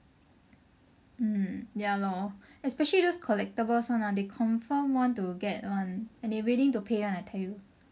mm ya lor especially those collectables [one] ah they confirm want to get one and they willing to pay [one] I tell you